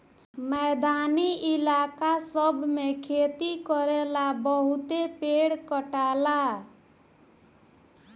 मैदानी इलाका सब मे खेती करेला बहुते पेड़ कटाला